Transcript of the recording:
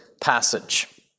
passage